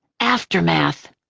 aftermath